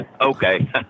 Okay